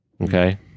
okay